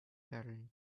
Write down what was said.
pattern